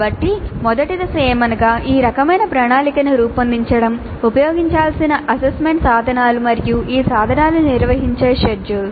కాబట్టి మొదటి దశ ఏమనగా ఈ రకమైన ప్రణాళికను రూపొందించడం ఉపయోగించాల్సిన అసెస్మెంట్ సాధనాలు మరియు ఈ సాధనాలను నిర్వహించే షెడ్యూల్